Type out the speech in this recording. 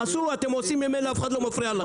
תעשו, אתם עושים ממילא, אף אחד לא מפריע לכם.